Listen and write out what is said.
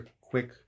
quick